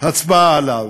הצבעה עליו.